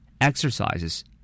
Exercises